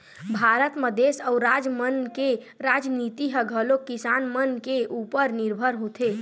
भारत म देस अउ राज मन के राजनीति ह घलोक किसान मन के उपर निरभर होथे